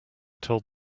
told